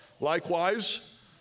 Likewise